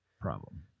problem